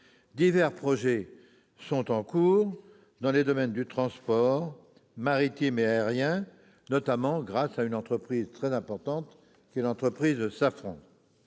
divers projets sont en cours dans les secteurs du transport maritime et aérien, notamment grâce à une entreprise très importante, la société Safran.